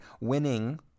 winning